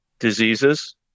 Diseases